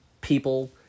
people